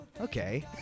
okay